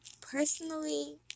personally